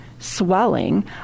Swelling